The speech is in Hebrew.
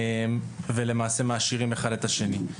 ולמעשה מעשירים אחד את השני.